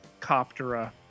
Coptera